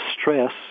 stress